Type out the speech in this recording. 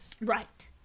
Right